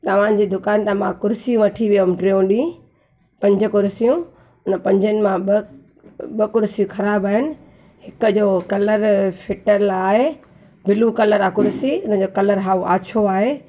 तव्हां जी दुकान तां मां कुर्सी वठी वियमि टियों ॾींहं पंज कुर्सियूं उन पंजनि मां ॿ ॿ कुर्सियूं ख़राबु आहिनि हिक जो कलर फिटल आहे बिलु कलर आहे कुर्सी मुंहिंजो कलर हाउ अछो आहे